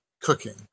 cooking